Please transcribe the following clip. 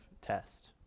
test